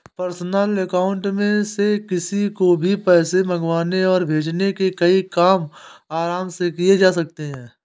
personal account में से किसी को भी पैसे मंगवाने और भेजने के कई काम आराम से किये जा सकते है